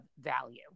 value